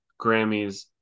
Grammys